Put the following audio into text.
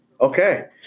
Okay